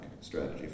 strategy